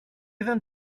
δεν